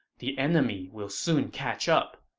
the enemy will soon catch up.